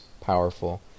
powerful